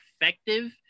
effective